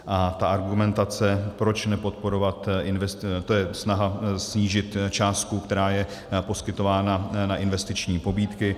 Ta argumentace, proč nepodporovat, to je snaha snížit částku, která je poskytována na investiční pobídky.